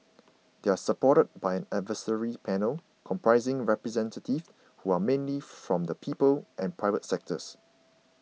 they are supported by an advisory panel comprising representatives who are mainly from the people and private sectors